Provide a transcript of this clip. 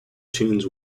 tunes